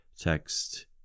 text